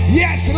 yes